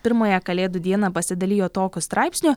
pirmąją kalėdų dieną pasidalijo tokiu straipsniu